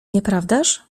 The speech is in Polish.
nieprawdaż